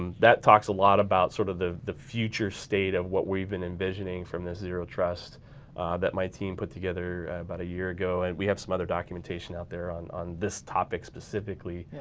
um that talks a lot about sort of the the future state of what we've been envisioning from the zero trust that my team put together about a year ago and we have some other documentation out there on on this topic specifically.